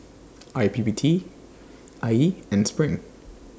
I P P T I E and SPRING